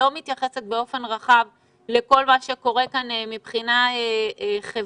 לא מתייחסת באופן רחב לכל מה שקורה כאן מבחינה חברתית,